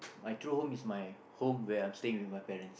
my true home is my home where I am staying with my parents